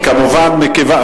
לאותה ועדה.